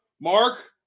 mark